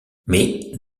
mais